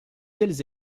tels